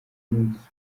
n’ubugizi